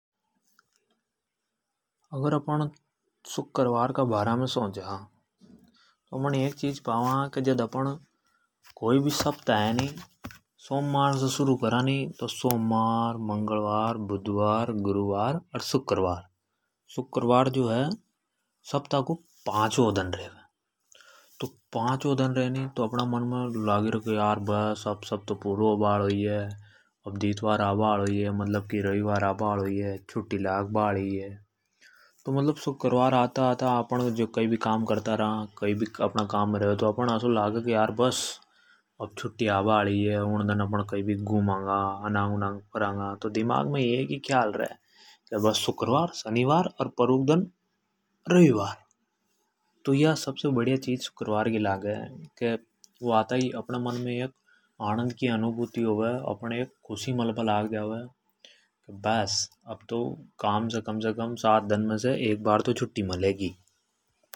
﻿अगर अपन शुक्रवार का बारा में सोचा तो है नि अपण पावा। की जद अपण कोई भी सप्ताह है सोमवार से शुरू क रा तो अप अप ण देखा सोमवार, मंगलवार, बुधवार, गुरुवार और शुक्रवार। शुक्रवार जो है नी सप्ताह को पांचवा दन रेवे। तो पांचवाँ दिन रेवे तो अपन मन में लागे की यार बस अब तो पूरो सप्ताह खत्म होबा हालो ही है । मतलब कि रविवार की छुट्टी आबा वाली ही है। अपन अनांग उनांग चालागा, घुमागा। बस अब तो कम से कम से कम सात दन में से एक बार तो छुट्टी मेलेगी।